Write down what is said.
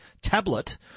tablet